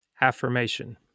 affirmation